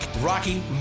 Rocky